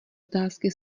otázky